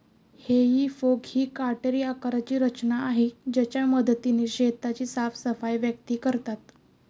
हेई फोक ही काटेरी आकाराची रचना आहे ज्याच्या मदतीने शेताची साफसफाई व्यक्ती करतात